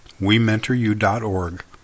wementoryou.org